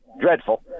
dreadful